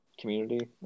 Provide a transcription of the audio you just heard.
community